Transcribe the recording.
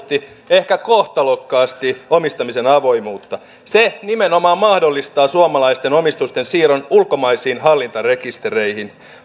ehkä kohtalokkaasti omistamisen avoimuutta se nimenomaan mahdollistaa suomalaisten omistusten siirron ulkomaisiin hallintarekistereihin